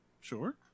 sure